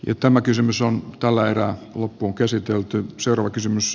jo tämä kysymys on tällä erää niitä tarvitaan